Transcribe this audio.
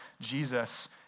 Jesus